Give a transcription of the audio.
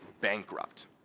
bankrupt